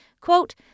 Quote